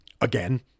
Again